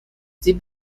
sie